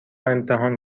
امتحان